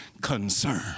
concern